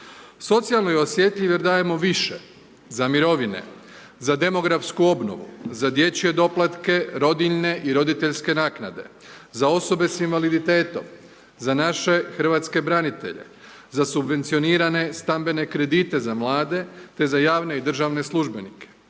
Socijalno je osjetljiv jer dajemo više za mirovine, za demografsku obnovu, za dječje doplatke, rodiljne i roditeljske naknade, za osobe s invaliditetom, za naše hrvatske branitelje, za subvencionirane stambene kredite za mlade, te za javne i državne službenike.